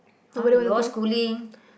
!huh! you all schooling